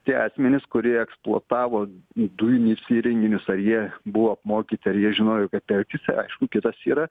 tie asmenys kurie eksploatavo dujinius įrenginius ar jie buvo apmokyti ar jie žinojo kaip elgtis čia aišku kitas yra